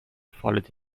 followed